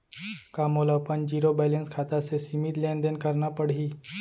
का मोला अपन जीरो बैलेंस खाता से सीमित लेनदेन करना पड़हि?